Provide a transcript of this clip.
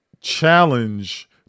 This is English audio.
challenge